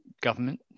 government